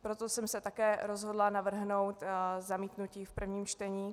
Proto jsem se také rozhodla navrhnout zamítnutí v prvním čtení.